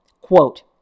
quote